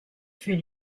fut